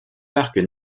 parc